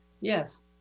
yes